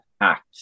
act